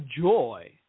joy